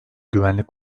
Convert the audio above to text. güvenlik